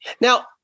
Now